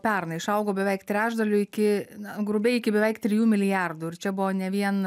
pernai išaugo beveik trečdaliu iki na grubiai iki beveik trijų milijardų ir čia buvo ne vien